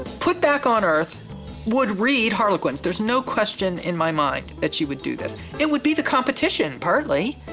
put back on earth would read harlequins, there's no question in my mind that she would do this. it would be the competition, partly.